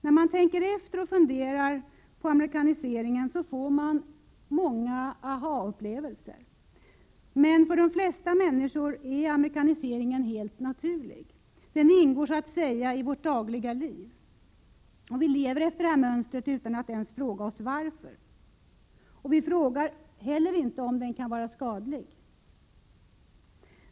När man tänker efter och funderar på amerikaniseringen, får man många aha-upplevelser. Men för de flesta människor är amerikaniseringen helt naturlig. Den ingår så att säga i vårt dagliga liv. Vi lever efter detta mönster utan att fråga oss varför. Vi frågar heller inte efter om den kan vara skadlig.